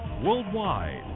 worldwide